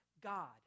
God